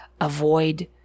avoid